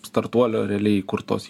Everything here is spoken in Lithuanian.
startuolio realiai įkurtos